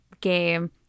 game